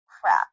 crap